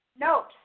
Note